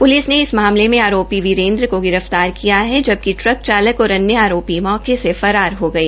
police ने इस मामले में आरोपी वीरेंद्र को गिरफतार किया है जबकि ट्रक चालक और अन्य आरोपी मौके से फरार हो गए